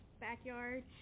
backyard